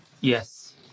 Yes